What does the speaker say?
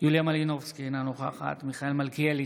יוליה מלינובסקי, אינה נוכחת מיכאל מלכיאלי,